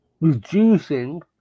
reducing